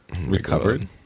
recovered